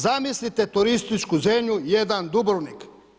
Zamislite turističku zemlju, jedan Dubrovnik.